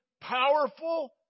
powerful